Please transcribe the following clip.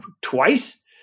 twice